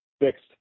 fixed